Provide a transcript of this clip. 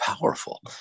powerful